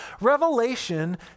Revelation